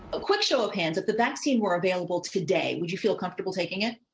a quick show of hands, if the vaccine were available today, would you feel comfortable taking it?